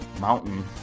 mountain